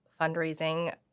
fundraising